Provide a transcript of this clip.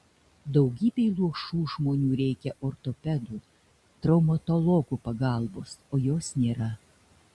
daugybei luošų žmonių reikia ortopedų traumatologų pagalbos o jos nėra